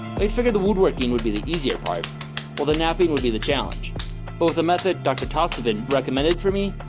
they'd figure the woodworking would be the easier part while the napping would be the challenge both a method, dr kostov in recommended for me.